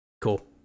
Cool